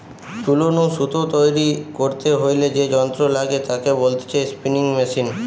তুলো নু সুতো তৈরী করতে হইলে যে যন্ত্র লাগে তাকে বলতিছে স্পিনিং মেশিন